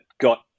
got